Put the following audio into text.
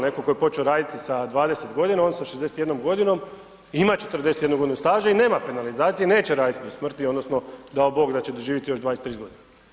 Netko tko je počeo raditi sa 20 godina on sa 61 godinom ima 41 godinu staža i nema penalizacije, neće raditi do smrti, odnosno dao bog da će doživjeti još 20, 30 godina.